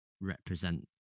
represent